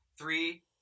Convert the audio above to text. three